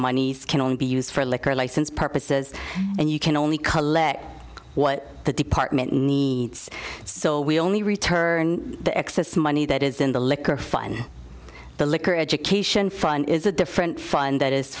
moneys can only be used for a liquor license purposes and you can only collect what the department needs so we only return the excess money that is in the liquor fine the liquor education fund is a different find that is